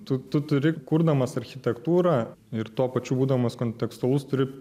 tu tu turi kurdamas architektūrą ir tuo pačiu būdamas kontekstualus turi